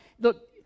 Look